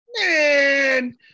Man